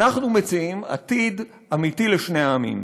אנחנו מציעים עתיד אמיתי לשני העמים,